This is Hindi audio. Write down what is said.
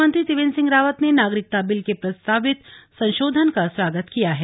मुख्यमंत्री त्रिवेंद्र सिंह रावत ने नागरिकता बिल के प्रस्तावित संशोधन का स्वागत किया है